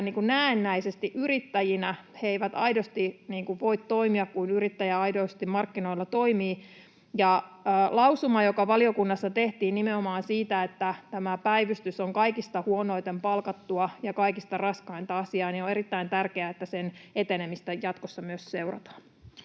näennäisesti yrittäjinä. He eivät aidosti voi toimia niin kuin yrittäjä aidosti markkinoilla toimii. On erittäin tärkeää, että lausuman, joka valiokunnassa tehtiin nimenomaan siitä, että tämä päivystys on kaikista huonoiten palkattua ja kaikista raskainta asiaa, etenemistä jatkossa myös seurataan.